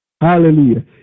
Hallelujah